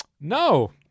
No